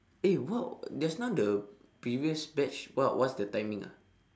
eh what just now the previous batch what what's the timing ah